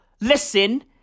Listen